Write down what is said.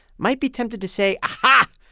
might be tempted to say, aha,